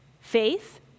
Faith